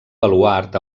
baluard